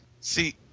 See